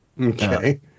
Okay